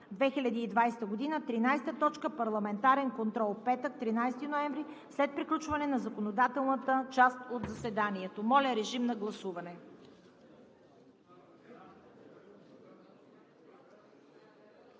2020 г. 13. Парламентарен контрол – петък, 13 ноември 2020 г., след приключване на законодателната част от заседанието.“ Моля, режим на гласуване.